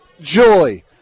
joy